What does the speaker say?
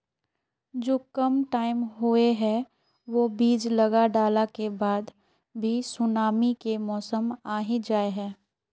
जो कम टाइम होये है वो बीज लगा डाला के बाद भी सुनामी के मौसम आ ही जाय है?